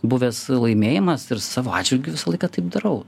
buvęs laimėjimas ir savo atžvilgiu visą laiką taip darau